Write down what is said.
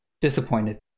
Disappointed